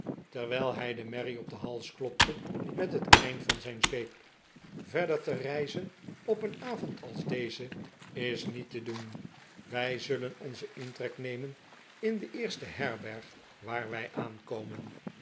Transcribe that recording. terwijl hij de merrie op den hals klopte met het eind van zijn zweep verder te reizen op een avond als dezen is niet te doen wijzullen onzen intrek nemen in de eerste herberg waar wij aankomen